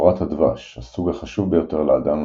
דבורת-הדבש – הסוג החשוב ביותר לאדם,